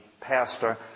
pastor